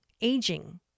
aging